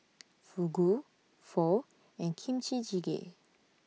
Fugu Pho and Kimchi Jjigae